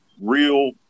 real